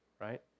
right